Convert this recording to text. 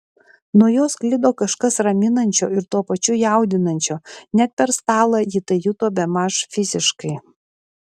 nuo jo sklido kažkas raminančio ir tuo pačiu jaudinančio net per stalą ji tai juto bemaž fiziškai